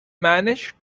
managed